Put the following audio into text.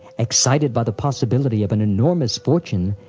excited by the possibility of an enormous fortune,